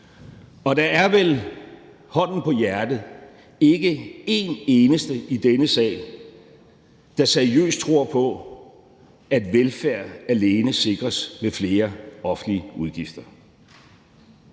Og der er vel, hånden på hjertet, ikke en eneste i denne sal, der seriøst tror på, at velfærd alene sikres med flere offentlige udgifter,